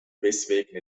weswegen